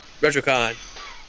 retrocon